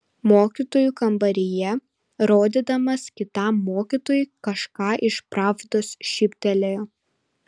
mokytojų kambaryje rodydamas kitam mokytojui kažką iš pravdos šyptelėjo